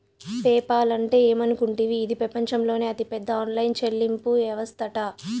PayPal అంటే ఏమనుకుంటివి, ఇది పెపంచంలోనే అతిపెద్ద ఆన్లైన్ చెల్లింపు యవస్తట